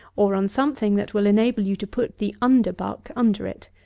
or on something, that will enable you to put the underbuck under it,